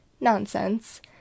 Nonsense